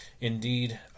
indeed